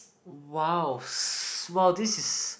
!wow! !wow! this is